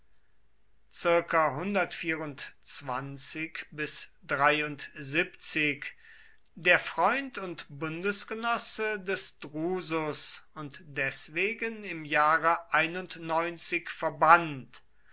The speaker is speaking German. der freund und bundesgenosse des drusus und deswegen im jahre